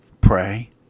pray